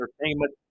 Entertainment